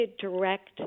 direct